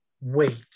wait